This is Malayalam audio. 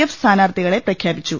എഫ് സ്ഥാനാർത്ഥികളെ പ്രഖ്യാ പിച്ചു